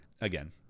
Again